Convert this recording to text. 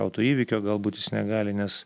autoįvykio galbūt jis negali nes